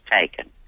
taken